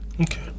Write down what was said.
Okay